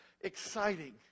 exciting